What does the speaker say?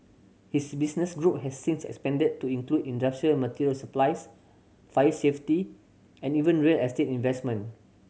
his business group has since expanded to include industrial material supplies fire safety and even real estate investment